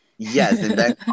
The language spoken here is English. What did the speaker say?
yes